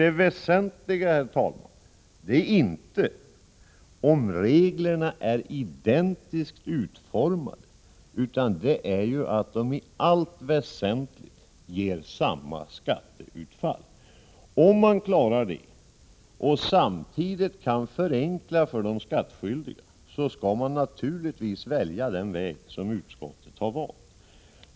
Det väsentliga, herr talman, är inte om reglerna är identiskt utformade utan att de i allt väsentligt ger samma skatteutfall. Om man klarar detta och samtidigt kan förenkla för de skattskyldiga skall man naturligtvis välja den väg som utskottet har valt.